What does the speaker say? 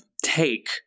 take